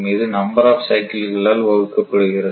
இது number of சைக்கிள்களால் வகுக்கப்படுகிறது